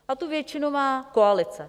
A tu většinu má koalice.